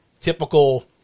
typical